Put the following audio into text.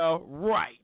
right